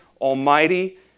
almighty